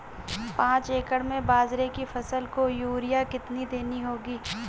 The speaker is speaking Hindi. पांच एकड़ में बाजरे की फसल को यूरिया कितनी देनी होगी?